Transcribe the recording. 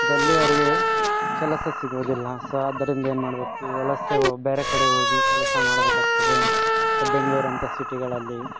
ದಲ್ಲಿ ಅವರಿಗೆ ಕೆಲಸ ಸಿಗೋದಿಲ್ಲ ಸೊ ಆದ್ದರಿಂದ ಏನ್ಮಾಡಬೇಕು ವಲಸೆ ಹೊ ಬ್ಯಾರೆ ಕಡೆ ಹೋಗಿ ಕೆಲಸ ಮಾಡ್ಬೇಕು ಆಗ್ತದೆ ಅನ್ ಬೆಂಗ್ಳೂರು ಅಂತ ಸಿಟಿಗಳಲ್ಲಿ